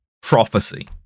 prophecy